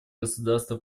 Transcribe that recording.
государства